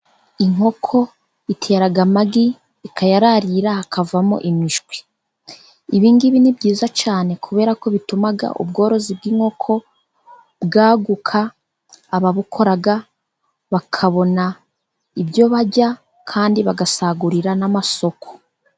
Inkoko itera amagi ikayararira hakavamo imishwi . Ibingibi ni byiza cyane, kubera ko bituma ubworozi bw'inkoko bwaguka ,ababukora bakabona ibyo barya kandi bagasagurira n'amasoko.